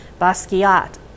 Basquiat